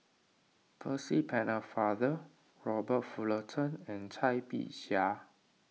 Percy Pennefather Robert Fullerton and Cai Bixia